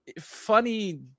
funny